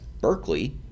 Berkeley